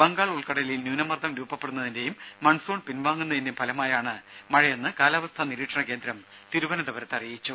ബംഗാൾ ഉൾക്കടലിൽ ന്യൂനമർദ്ദം രൂപപ്പെടുന്നതിന്റേയും മൺസൂൺ പിൻവാങ്ങുന്നതിന്റേയും ഫലമായാണ് മഴയെന്ന് കാലാവസ്ഥാ നിരീക്ഷണ കേന്ദ്രം തിരുവനന്തപുരത്ത് അറിയിച്ചു